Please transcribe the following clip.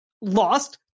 lost